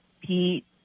Pete